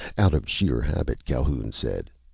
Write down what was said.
out of sheer habit, calhoun said,